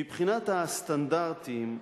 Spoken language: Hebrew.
מבחינת הסטנדרטים,